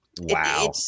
wow